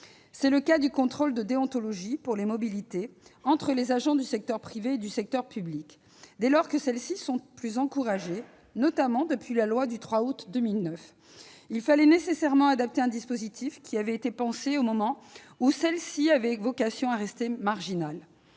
C'est le cas du contrôle de déontologie pour les mobilités entre les agents du secteur privé et du secteur public. Dès lors que l'on encourage davantage ces mobilités, notamment depuis la loi du 3 août 2009, il fallait nécessairement adapter un dispositif qui avait été pensé au moment où celles-ci avaient vocation à rester marginales.